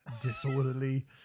disorderly